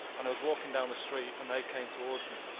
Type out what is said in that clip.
and i was walkin' down the street, and they came towards me.